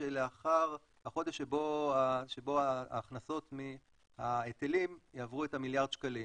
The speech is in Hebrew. שלאחר החודש שבו ההכנסות מההיטלים יעברו את מיליארד השקלים,